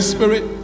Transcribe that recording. Spirit